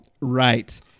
Right